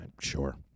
sure